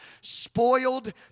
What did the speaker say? spoiled